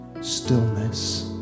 stillness